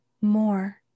more